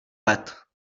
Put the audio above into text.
let